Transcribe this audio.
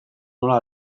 nola